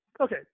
Okay